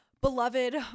beloved